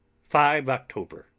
five october.